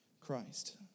Christ